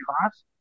class